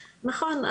נכון.